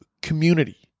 community